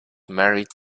married